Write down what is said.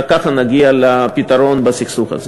רק ככה נגיע לפתרון בסכסוך הזה.